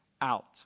out